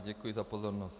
Děkuji za pozornost.